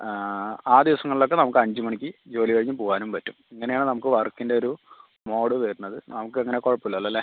ആ ദിവസങ്ങളിലൊക്കെ നമുക്ക് അഞ്ചു മണിക്ക് ജോലി കഴിഞ്ഞ് പോവാനും പറ്റും ഇങ്ങനെ ആണ് നമുക്ക് വർക്കിൻ്റ ഒരു മോഡ് വരണത് നമുക്ക് അങ്ങനെ കുഴപ്പം ഇല്ലല്ലൊ അല്ലെ